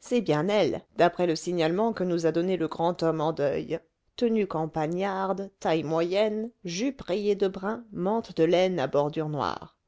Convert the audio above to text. c'est bien elle d'après le signalement que nous a donné le grand homme en deuil tenue campagnarde taille moyenne jupe rayée de brun mante de laine à bordure noire